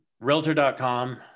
Realtor.com